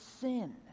sin